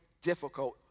difficult